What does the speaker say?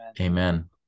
Amen